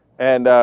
and ah.